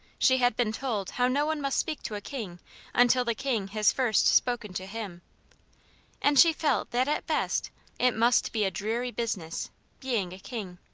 she had been told how no one must speak to a king until the king has first spoken to him and she felt that at best it must be a dreary business being a king.